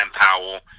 Powell